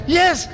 yes